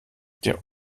der